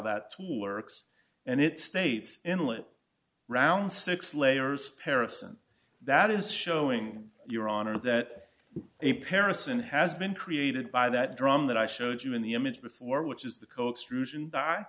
that two lurks and it states analyst round six layers of paris and that is showing your honor that a paris in has been created by that drum that i showed you in the image before which is the